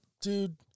dude